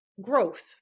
growth